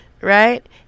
Right